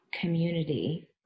community